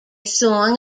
song